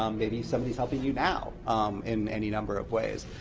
um maybe somebody's helping you now in any number of ways.